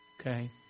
okay